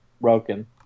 broken